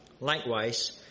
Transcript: Likewise